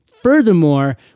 Furthermore